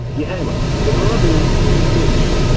yeah. anyway the verb is geshe.